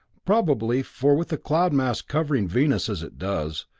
probably, for with the cloud-mass covering venus as it does,